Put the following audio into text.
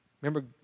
Remember